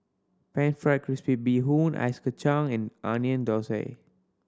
Pan Fried Crispy Bee Hoon Ice Kachang and Onion Thosai